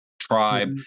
tribe